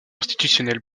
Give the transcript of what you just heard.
institutionnel